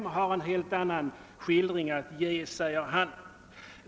De har en helt annan skildring att ge, säger han.